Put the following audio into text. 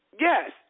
Yes